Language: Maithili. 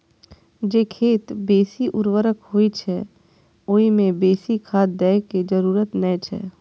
जे खेत बेसी उर्वर होइ छै, ओइ मे बेसी खाद दै के जरूरत नै छै